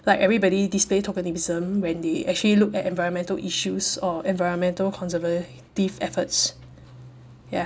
like everybody display tokenism when they actually look at environmental issues or environmental conservative efforts ya